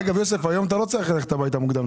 אגב, יוסף, היום אתה לא צריך ללכת הביתה מוקדם.